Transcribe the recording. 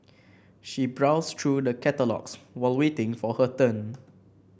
she browsed through the catalogues while waiting for her turn